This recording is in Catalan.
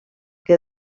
que